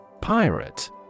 Pirate